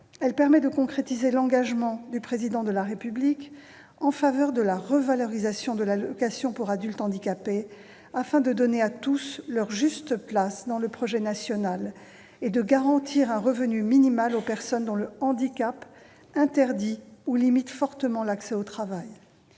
Elle permet de concrétiser l'engagement du Président de la République en faveur de la revalorisation de l'allocation aux adultes handicapés, afin de donner à tous leur juste place dans le projet national et de garantir un revenu minimal aux personnes dont le handicap interdit ou limite fortement l'accès au travail.